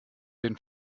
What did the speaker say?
den